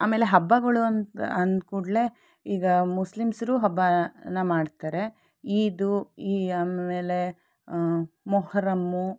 ಆಮೇಲೆ ಹಬ್ಬಗಳು ಅಂದು ಅಂದಕೂಡ್ಲೆ ಈಗ ಮುಸ್ಲಿಮ್ಸ್ ಹಬ್ಬನ ಮಾಡ್ತಾರೆ ಈದ್ ಈ ಆಮೇಲೆ ಮೊಹರಮ್